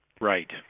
Right